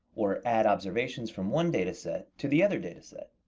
or add observations from one data set to the other data set.